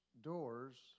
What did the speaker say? doors